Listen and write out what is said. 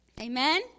Amen